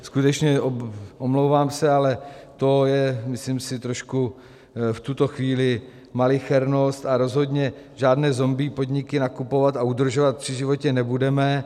Skutečně, omlouvám se, ale to je, myslím si, trošku v tuto chvíli malichernost, a rozhodně žádné zombie podniky nakupovat a udržovat při životě nebudeme.